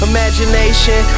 Imagination